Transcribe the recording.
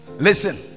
listen